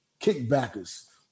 kickbackers